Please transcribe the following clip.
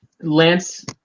Lance